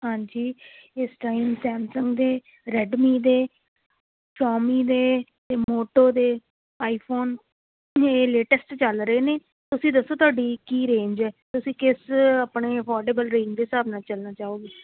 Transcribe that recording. ਹਾਂਜੀ ਇਸ time Samsung ਦੇ ਰੈਡਮੀ ਦੇ ਸੋਆਮੀ ਦੇ ਅਤੇ ਮੋਟੋ ਦੇ ਆਈਫੋਨ ਇਹ ਲੇਟੈਸਟ ਚੱਲ ਰਹੇ ਨੇ ਤੁਸੀਂ ਦੱਸੋ ਤੁਹਾਡੀ ਕੀ ਰੇਂਜ ਹੈ ਤੁਸੀਂ ਕਿਸ ਆਪਣੇ ਅਫੋਡੇਬਲ ਰੇਂਜ ਦੇ ਹਿਸਾਬ ਨਾਲ ਚੱਲਣਾ ਚਾਹੋਗੇ